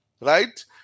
right